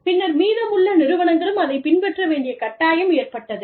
பின்னர் மீதமுள்ள நிறுவனங்களும் அதைப் பின்பற்ற வேண்டிய கட்டாயம் ஏற்பட்டது